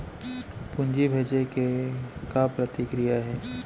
पूंजी भेजे के का प्रक्रिया हे?